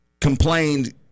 complained